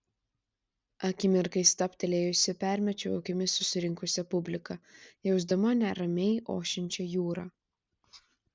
akimirkai stabtelėjusi permečiau akimis susirinkusią publiką jausdama neramiai ošiančią jūrą